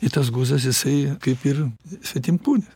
tai tas guzas jisai kaip ir svetimkūnis